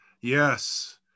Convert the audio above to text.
yes